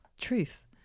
truth